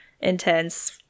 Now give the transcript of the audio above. intense